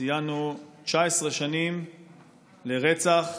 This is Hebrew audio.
ציינו 19 שנים לרצח